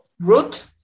Root